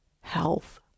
health